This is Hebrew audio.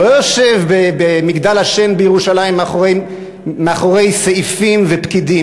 לא יושב במגדל השן בירושלים מאחורי סעיפים ופקידים,